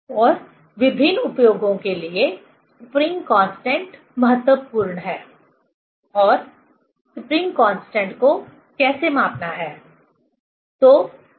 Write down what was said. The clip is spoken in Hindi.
और विभिन्न उपयोगों के लिए स्प्रिंग कांस्टेंट महत्वपूर्ण है और स्प्रिंग कांस्टेंट को कैसे मापना है